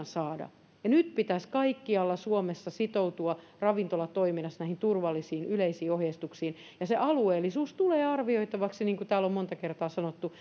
saada ja nyt pitäisi kaikkialla suomessa sitoutua ravintolatoiminnassa näihin turvallisiin yleisiin ohjeistuksiin ja se alueellisuus tulee arvioitavaksi niin kuin täällä on monta kertaa sanottu